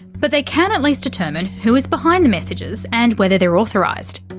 but they can at least determine who is behind the messages and whether they're authorised.